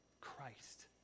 Christ